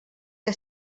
que